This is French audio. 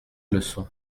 leçon